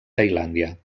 tailàndia